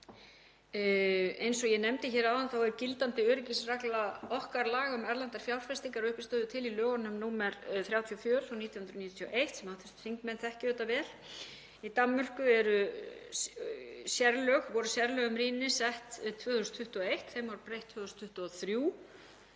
Eins og ég nefndi hér áðan er gildandi öryggisregla okkar laga um erlendar fjárfestingar að uppistöðu til í lögum nr. 34/1991, sem hv. þingmenn þekkja vel. Í Danmörku voru sérlög um rýni sett 2021, þeim var breytt 2023.